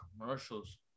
commercials